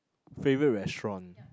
favourite restaurant